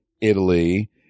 Italy